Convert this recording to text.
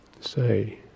say